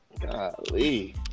Golly